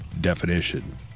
definition